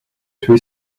tuer